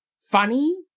funny